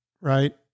right